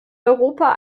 europa